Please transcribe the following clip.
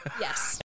Yes